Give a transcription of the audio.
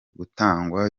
gutangwa